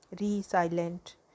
resilient